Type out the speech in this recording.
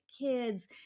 kids